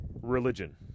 religion